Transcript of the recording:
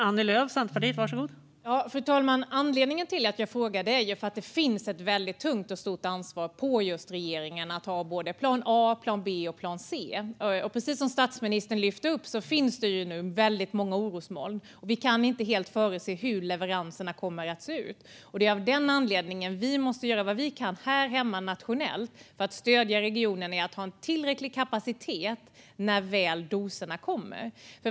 Fru talman! Anledningen till att jag frågar är att det ligger ett stort och tungt ansvar på regeringen att ha både en plan A, B och C. Precis som statsministern lyfte upp finns det nu många orosmoln, och vi kan inte helt förutse hur leveranserna kommer att se ut. Av denna anledning måste vi göra vad vi kan nationellt för att stödja regionerna i att ha en tillräcklig kapacitet när doserna väl kommer.